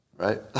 right